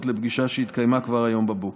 לפגישה והיא התקיימה כבר היום בבוקר.